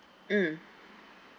mm